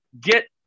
get